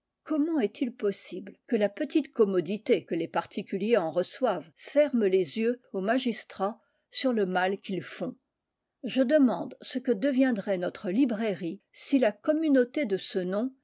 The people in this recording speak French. comment est-il possible que la petite commodité que les particuliers en reçoivent ferme les yeux au magistrat sur le mal qu'ils font je demande ce que deviendrait notre librairie si la communauté de ce nom